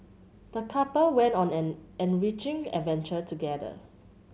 the couple went on an enriching adventure together